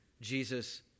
Jesus